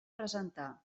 presentar